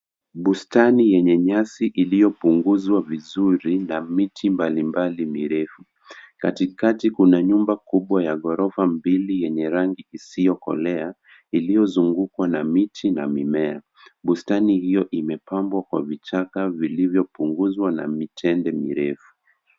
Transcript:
Bustani yenye nyasi iliyopunguzwa vizuri na miti mbalimbali mirefu. Katikati kuna nyumba kubwa ya ghorofa mbili yenye rangi isiyokolea iliyouzungukwa na miti na mimea. Bustani hiyo imepambwa kwa vichaka vilivyopunguza na mitende mirefu.